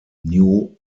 new